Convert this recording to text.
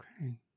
Okay